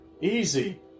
easy